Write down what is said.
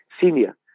senior